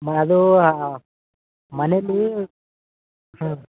ಅದು ಮನೇಲಿ ಹ್ಞೂ